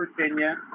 Virginia